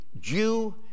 Jew